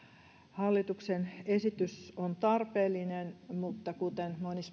hallituksen esitys on tarpeellinen mutta kuten